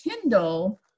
Kindle